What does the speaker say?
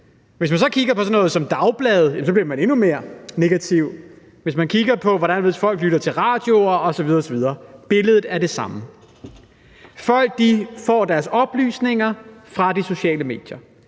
Hvis man så kigger på sådan noget som dagblade, bliver man endnu mere negativ, eller hvis man kigger på, hvordan folk lytter til radio osv. osv., så er billedet det samme. Folk får deres oplysninger fra de sociale medier.